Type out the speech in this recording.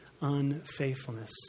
unfaithfulness